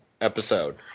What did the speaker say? episode